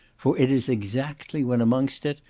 for it is exactly when amongst it,